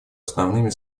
основными